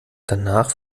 danach